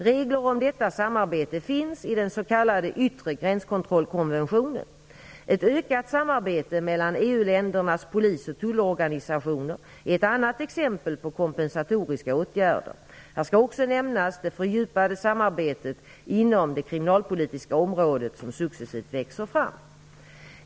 Regler om detta samarbete finns i den s.k. yttre gränskontrollkonventionen. Ett ökat samarbete mellan EU-ländernas polisoch tullorganisationer är ett annat exempel på kompensatoriska åtgärder. Här skall också nämnas det fördjupade samarbete inom det kriminalpolitiska området som successivt växer fram.